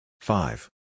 Five